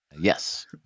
Yes